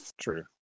True